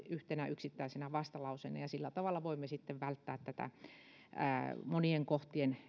yhtenä yksittäisenä vastalauseena sillä tavalla voimme sitten välttää monien kohtien